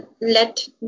let